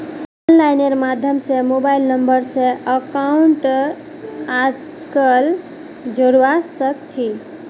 online माध्यम स mobile number स अकाउंटक आजकल जोडवा सके छी